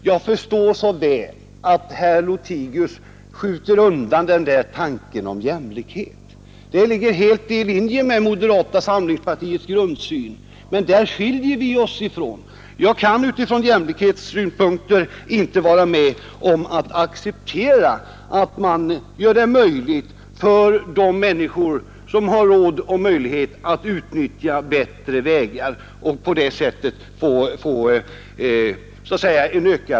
Jag förstår så väl att herr Lothigius skjuter undan den där tanken om jämlikhet. Det ligger helt i linje med moderata samlingspartiets grundsyn. Men där skiljer vi oss åt. Jag kan utifrån jämlikhetssynpunkter inte acceptera att man skall öka framkomligheten för en del människor som har råd att betala för att få utnyttja bättre vägar. Exemplet med vägen från Huskvarna till Gränna var illa valt.